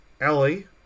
Ellie